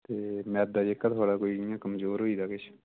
ते मैह्दा जेह्का थुआढ़ा कोई इ'यां कमजोर होई दा किश